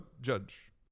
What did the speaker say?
judge